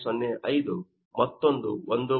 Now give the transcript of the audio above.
005 ಮತ್ತು ಮತ್ತೊಂದು 1